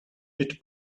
bit